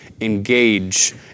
engage